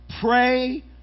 Pray